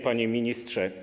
Panie Ministrze!